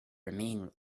remain